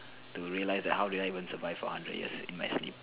to realize that how did I even survive for a hundred years in my sleep